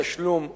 תשלום במקומו,